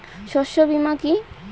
শস্য বীমা কি?